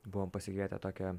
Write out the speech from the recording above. buvom pasikvietę tokią